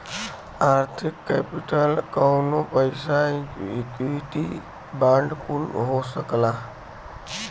आर्थिक केपिटल कउनो पइसा इक्विटी बांड कुल हो सकला